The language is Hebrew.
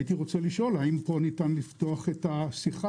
הייתי רוצה לשאול האם פה ניתן לפתוח את השיחה